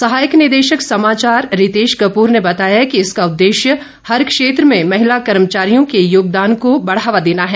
सहायक निदेशक समाचार रितेश कपूर ने बताया कि इसका उद्देश्य हर क्षेत्र में महिला कर्मचारियों के योगदान को बढ़ावा देना है